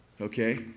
Okay